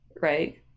right